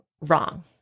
wrong